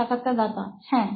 সাক্ষাৎকারদাতা হ্যাঁ